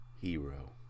hero